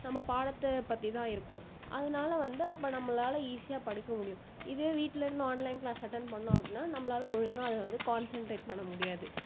நம்ம பாடத்தை பற்றி தான் இருக்கும் அதனால் வந்து அப்ப நம்மளால் ஈஸியாக படிக்க முடியும் இதே வீட்டில் இருந்தோம் ஆன்லைன் க்ளாஸ் அட்டன் பண்ணோம் அப்படின்னா நம்மளால் ஒழுங்காக அதில் வந்து கான்சன்ரேட் பண்ண முடியாது